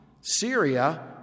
Syria